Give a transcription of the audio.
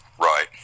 Right